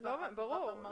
ברור.